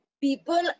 people